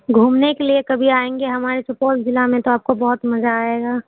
گھومنے کے لیے کبھی آئیں گے ہمارے سپول ضلع میں تو آپ کو بہت مزہ آئے گا